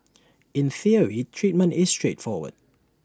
in theory treatment is straightforward